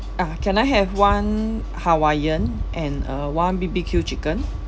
ah can I have one hawaiian and uh one B_B_Q chicken